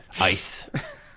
Ice